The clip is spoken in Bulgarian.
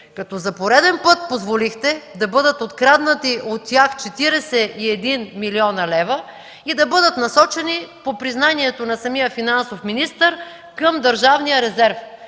като за пореден път позволихте да бъдат откраднати от тях 41 млн. лв. и да бъдат насочени, по признанието на самия финансов министър, към държавния резерв?